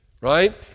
right